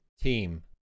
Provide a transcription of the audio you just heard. team